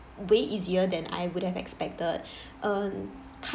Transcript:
way easier than I would have expected um